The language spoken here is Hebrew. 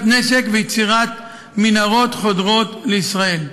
נשק וליצירת מנהרות החודרות לישראל.